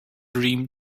dream